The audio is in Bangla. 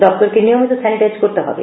দপ্তরকে নিয়মিত স্যানিটাইজ করতে হবে